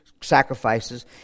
sacrifices